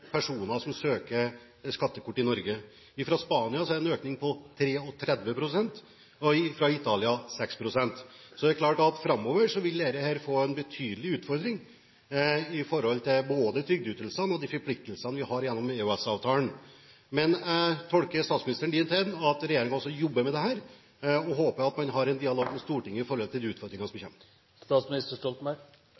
og fra Italia 6 pst. Så det er klart at dette framover vil bli en utfordring når det gjelder både trygdeytelsene og de forpliktelsene vi har gjennom EØS-avtalen. Men jeg tolker statsministeren dit hen at regjeringen jobber med dette, og jeg håper at man vil ha en dialog med Stortinget om de utfordringene som